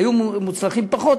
היו מוצלחים פחות,